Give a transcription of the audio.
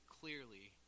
clearly